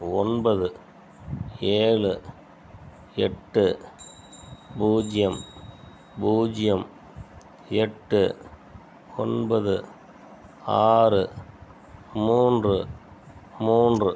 ஒன்பது ஏழு எட்டு பூஜ்ஜியம் பூஜ்ஜியம் எட்டு ஒன்பது ஆறு மூன்று மூன்று